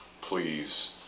please